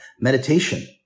Meditation